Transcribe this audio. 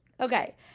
Okay